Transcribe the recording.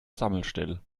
sammelstelle